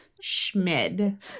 Schmid